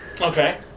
Okay